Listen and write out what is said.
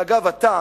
שאגב אתה,